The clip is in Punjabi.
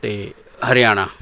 ਅਤੇ ਹਰਿਆਣਾ